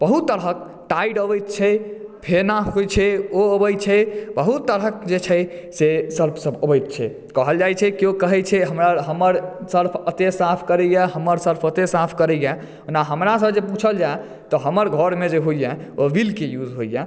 बहुत तरहक टाइड अबै छै फेना होइ छै ओ अबै छै बहुत तरहक जे छै सर्फ सब अबै छै कहल जाय छै केओ कहै छै हमर सर्फ अते साफ़ करैया हमर सर्फ ओते साफ़ करैया ओना हमरा सॅं जे पुछ्ल जाय तऽ हमर घर मे जे होइया ओ व्हील के यूज़ होइया